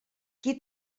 qui